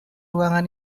ruangan